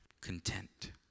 content